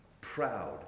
proud